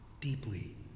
deeply